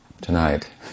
tonight